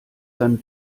dann